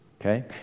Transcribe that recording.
okay